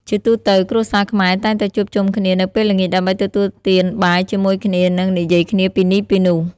ជាទូទៅ គ្រួសារខ្មែរតែងតែជួបជុំគ្នានៅពេលល្ងាចដើម្បីទទួលទានបាយជាមួយគ្នានិងនិយាយគ្នាពីនេះពីនោះ។